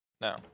No